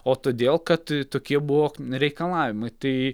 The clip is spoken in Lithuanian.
o todėl kad tokie buvo reikalavimai tai